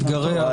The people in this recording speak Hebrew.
אתגריה.